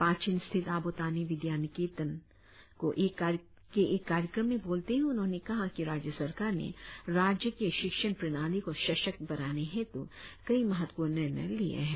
पाचिन स्थित आबोतानी विद्यानिकेतन को एक कार्यक्रम में बोलते हुए उन्होंने कहा कि राज्य सरकार ने राज्य के शिक्षन प्रणाली को सशक्त बनाने हेतु कई महत्वपूर्ण निर्णय लिए है